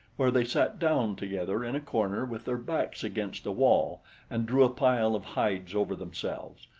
where they sat down together in a corner with their backs against a wall and drew a pile of hides over themselves.